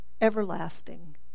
everlasting